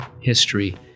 history